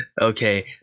Okay